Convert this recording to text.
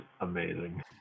amazing